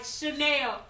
Chanel